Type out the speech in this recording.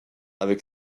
avec